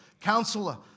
Counselor